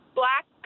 black